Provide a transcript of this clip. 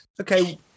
okay